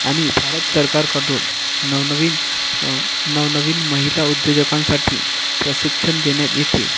आणि भारत सरकारकडून नवनवीन नवनवीन महिला उद्योजकांसाठी प्रशिक्षण देण्यात येते